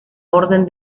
orden